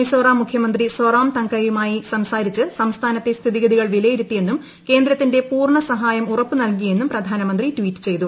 മിസോറാം മുഖ്യമന്ത്രി സൊറാംതങ്കയുമായി സംസാരിച്ച് സംസ്ഥാനത്തെ സ്ഥിതിഗതികൾ വിലയിരുത്തിയെന്നും കേന്ദ്രത്തിന്റെ പൂർണ്ണ സഹായം ഉറപ്പ് നൽകിയെന്നും പ്രധാനമന്ത്രി ട്വീറ്റ് ചെയ്തു